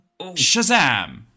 Shazam